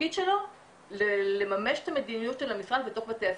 שהתפקיד שלו לממש את המדיניות של המשרד בתוך בתי הספר.